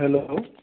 hello